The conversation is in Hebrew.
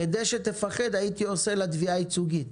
כדי שתפחד הייתי עושה לה תביעה ייצוגית,